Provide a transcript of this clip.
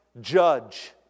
judge